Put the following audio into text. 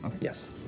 Yes